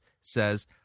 says